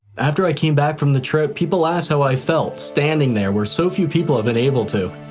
after i came back from the trip, people asked how i felt standing there were so few people have been able to,